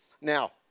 Now